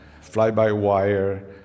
Fly-by-wire